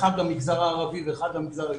האחד במגזר הערבי והאחד במגזר היהודי,